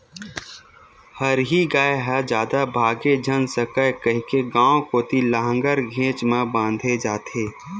हरही गाय ह जादा भागे झन सकय कहिके गाँव कोती लांहगर घेंच म बांधे जाथे